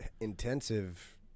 intensive